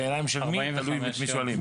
תלוי את מי שואלים.